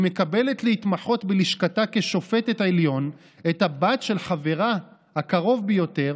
היא מקבלת להתמחות בלשכתה כשופטת בעליון את הבת של חברה הקרוב ביותר,